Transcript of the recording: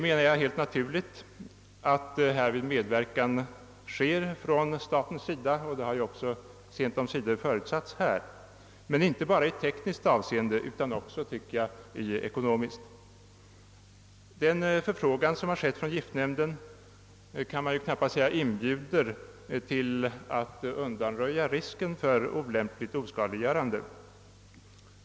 Medverkan från statens sida härvidlag framstår för mig såsom helt naturligt — och det har ju också sent omsider förutsatts — men inte bara i tekniskt avseende utan också i ekonomiskt. Den förfrågan som giftnämnden sänt ut kan man knappast säga inbjuder till att undanröja risken för olämpligt oskadliggörande.